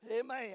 Amen